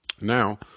Now